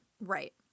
Right